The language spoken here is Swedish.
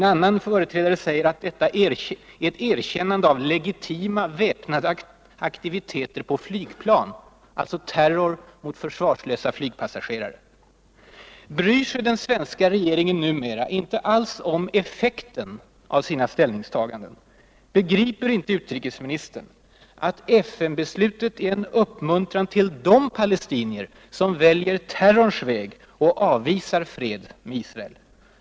En annan företrädare sade att det är ett erkännande av ”legitima väpnade aktiviteter på flygplan” — alltså terror mot försvarslösa flygpassagerare. Bryr sig den svenska regeringen numera inte alls om effekten av sina ställningstaganden? Begriper inte utrikesministern att FN-beslutet är en uppmuntran till de palestinier som väljer terrorns väg och avvisar fred med Israel?